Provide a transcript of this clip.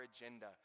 agenda